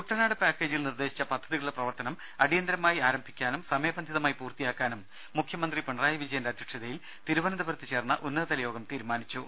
ദേദ കുട്ടനാട് പാക്കേജിൽ നിർദേശിച്ച പദ്ധതികളുടെ പ്രവർത്തനം അടിയന്തരമായി ആരംഭിക്കാനും സമയബന്ധിതമായി പൂർത്തിയാക്കാനും മുഖ്യമന്ത്രി പിണറായി വിജയന്റെ അധ്യക്ഷതയിൽ തിരുവനന്തപുരത്ത് ചേർന്ന ഉന്നതതലയോഗം തീരുമാനിച്ചു